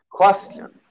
question